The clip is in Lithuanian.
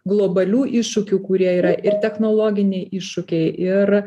globalių iššūkių kurie yra ir technologiniai iššūkiai ir